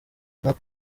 smart